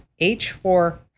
H4